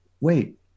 wait